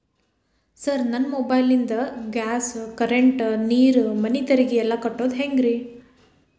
Sir ನನ್ನ mobile ನಿಂದ gas, current, ನೇರು, ಮನೆ ತೆರಿಗೆ ಎಲ್ಲಾ ಕಟ್ಟೋದು ಹೆಂಗ್ರಿ?